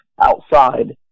outside